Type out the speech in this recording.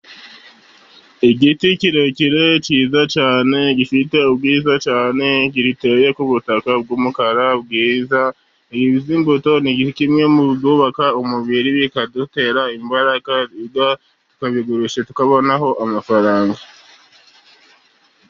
Igiti kirekire cyiza cyane, gifite ubwiza cyane, giteye ku butaka bw'umukara bwiza. Izi mbuto ni kimwe mu byubaka umubiri bikadutera imbaraga, tukabigurisha, tukabona amafaranga.